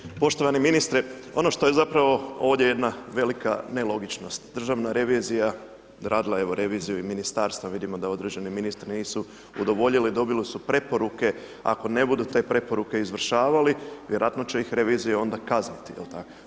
Hvala lijepo, poštovani ministre ono što je zapravo ovdje jedna velika nelogičnost, državna revizija radila evo reviziju i ministarstva, vidimo da određeni ministri nisu udovoljili, dobili su preporuke a ako ne budu te preporuke izvršavali vjerojatno će ih revizija onda kazniti, je li tako?